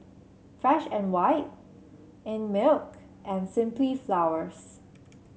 Fresh And White Einmilk and Simply Flowers